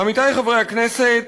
עמיתי חברי הכנסת,